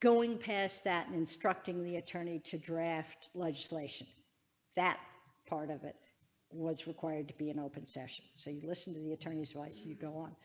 going past that instructing the attorney to draft legislation that part of it was required to be in open session. so you listen to the attorneys rice you go on.